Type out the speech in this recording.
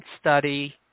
study